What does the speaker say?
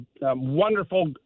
wonderful